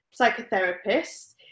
psychotherapist